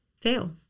fail